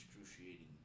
excruciating